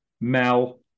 Mal